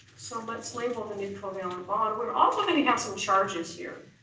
so let's label the new covalent bond we're also gonna have some charges here.